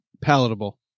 palatable